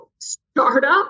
startup